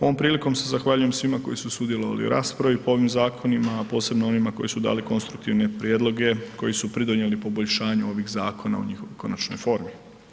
Ovom prilikom se zahvaljujem svima koji su sudjelovali u raspravi po ovim zakonima, a posebno onima koji su dali konstruktivne prijedloge koji su pridonijeli poboljšanju ovih zakona u njihovoj konačnoj formi.